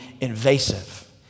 invasive